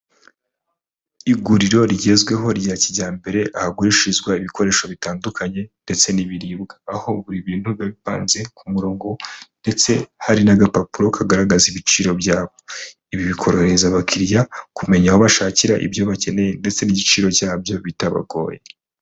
Iguriro rigezweho rya kijyambere ahagurishirizwa ibikoresho bitandukanye ndetse n'ibiribwa, aho buri bintu biba bipanze ku murongo ndetse hari n'agapapuro kagaragaza ibiciro byabo. Ibi bikorohereza abakiriya kumenya aho bashakira ibyo bakeneye ndetse n'igiciro cyabyo bitabagoye.